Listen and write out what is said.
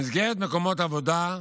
במקומות עבודה,